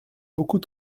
beaucoup